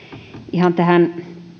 ihan tähän